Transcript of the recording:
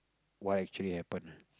why actually happen